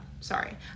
sorry